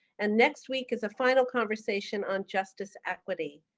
and next week is a final conversation on justice equity.